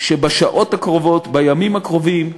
שבשעות הקרובות, בימים הקרובים,